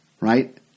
right